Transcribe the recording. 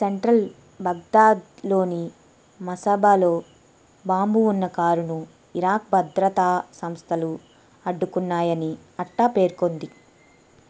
central బగ్దాద్లోని మసాబాలో bomb ఉన్న కారును ఇరాక్ భద్రతా సంస్థలు అడ్డుకున్నాయని అట్టా పేర్కొంది